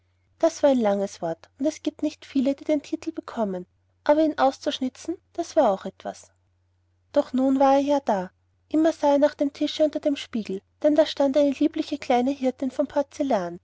das war ein langes wort und es giebt nicht viele die den titel bekommen aber ihn auszuschnitzen das war auch etwas doch nun war er ja da immer sah er nach dem tische unter dem spiegel denn da stand eine liebliche kleine hirtin von porzellan